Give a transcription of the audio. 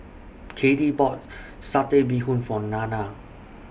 Caddie bought Satay Bee Hoon For Nanna